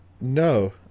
No